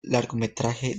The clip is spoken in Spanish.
largometraje